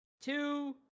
two